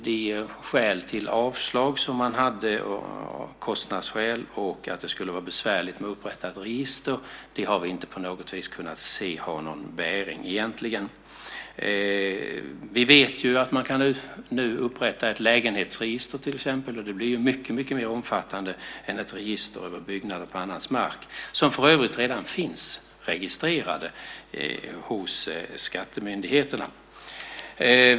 De skäl som man hade för avslag, kostnadsskäl och att det skulle vara besvärligt att upprätta ett register, har inte någon bäring efter vad vi har kunnat se. Vi vet att man nu kan upprätta till exempel ett lägenhetsregister, och det blir mycket mer omfattande än ett register över byggnader på annans mark. De finns för övrigt redan registrerade hos skattemyndigheterna.